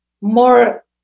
more